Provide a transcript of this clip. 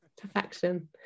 perfection